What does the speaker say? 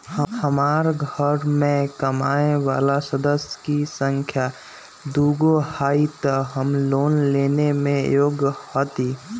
हमार घर मैं कमाए वाला सदस्य की संख्या दुगो हाई त हम लोन लेने में योग्य हती?